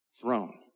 throne